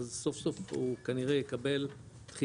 אז סוף סוף הוא כנראה יקבל תחייה,